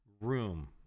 room